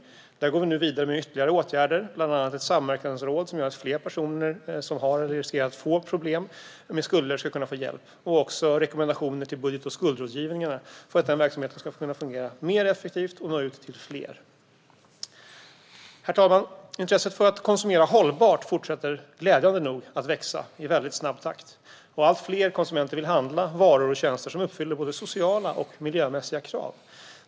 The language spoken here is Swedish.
Nu går vi vidare med ytterligare åtgärder, bland annat ett samverkansråd som gör att fler personer som har eller riskerar att få problem med skulder ska kunna få hjälp. Vi har också gett rekommendationer till budget och skuldrådgivningarna för att den verksamheten ska kunna fungerar mer effektivt och nå ut till fler. Herr talman! Intresset för att konsumera hållbart fortsätter glädjande nog att växa i snabb takt. Allt fler konsumenter vill köpa varor och tjänster som uppfyller både sociala och miljömässiga krav.